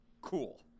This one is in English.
Cool